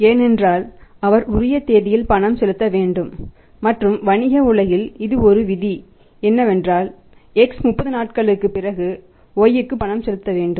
ஏனென்றால் அவர் உரிய தேதியில் பணம் செலுத்த வேண்டும் மற்றும் வணிக உலகில் ஒரு விதி என்னவென்றால் X 30 நாட்களுக்குப் பிறகு Y க்கு பணம் செலுத்த வேண்டும்